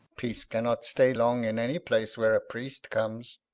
peace cannot stay long in any place where a priest comes.